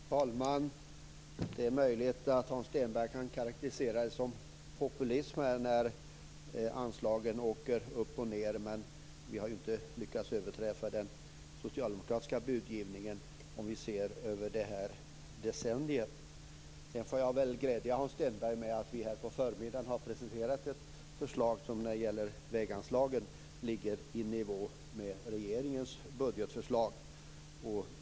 Fru talman! Det är möjligt att Hans Stenberg vill karakterisera det som populism när anslagen åker upp och ned, men vi har ju inte lyckats att överträffa den socialdemokratiska budgivningen, om vi ser över decenniet. Sedan kan jag glädja Hans Stenberg med att vi under förmiddagen har presenterat ett förslag när det gäller väganslagen som ligger i nivå med regeringens budgetförslag.